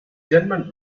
german